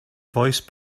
voice